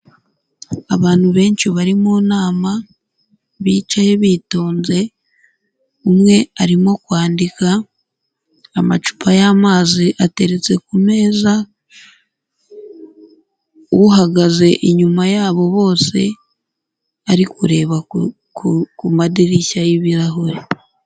Abantu benshi bari mu nama, bicaye bitonze, umwe arimo kwandika, amacupa y'amazi ateretse ku meza, uhagaze inyuma yabo bose ari kureba ku madirishya y'ibirahure.